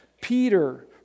Peter